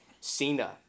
Cena